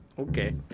okay